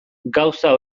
gauza